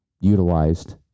utilized